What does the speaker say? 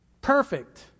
Perfect